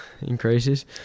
increases